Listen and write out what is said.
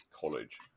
college